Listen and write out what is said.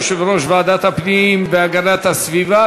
יושב-ראש ועדת הפנים והגנת הסביבה.